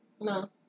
No